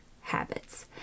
habits